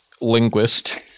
linguist